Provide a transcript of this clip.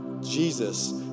Jesus